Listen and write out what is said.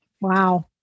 Wow